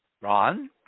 Ron